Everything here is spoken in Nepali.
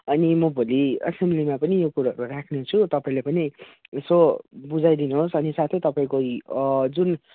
अनि म भोलि एसेम्ब्लीमा पनि यो कुरोहरू राख्नेछु तपाईँले पनि यसो बुझाइदिनुहोस् अनि साथै तपाईँको जुन